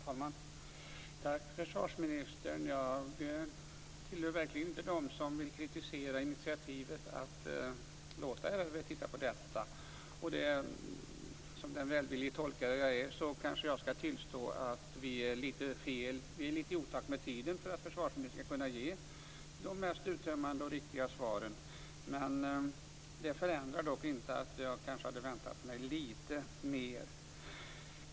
Herr talman! Tack, försvarsministern. Jag tillhör verkligen inte dem som vill kritisera initiativet att låta RRV titta på detta. Som den välvillige tolkare jag är kanske jag skall tillstå att vi är litet i otakt med tiden för att försvarsministern skall kunna ge de mest uttömmande och riktiga svaren. Men det hindrar inte att jag kanske hade väntat mig litet mer.